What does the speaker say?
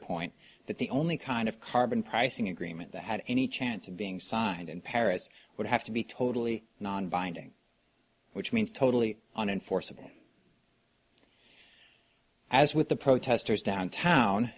point that the only kind of carbon pricing agreement that had any chance of being signed in paris would have to be totally non binding which means totally on enforceable as with the